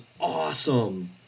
awesome